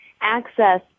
access